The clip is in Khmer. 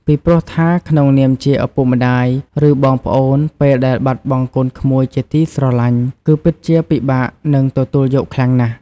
ពីព្រោះថាក្នុងនាមជាឪពុកម្តាយ ឬបងប្អូន ពេលដែលបាត់បង់កូនក្មួយ ជាទីស្រលាញ់ គឺពិតជាពិបាកនឹងទទួលយកខ្លាំងណាស់។